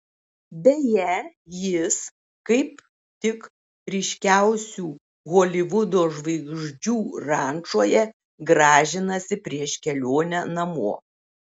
beje jis kaip tik ryškiausių holivudo žvaigždžių rančoje gražinasi prieš kelionę namo